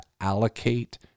allocate